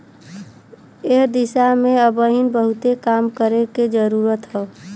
एह दिशा में अबहिन बहुते काम करे के जरुरत हौ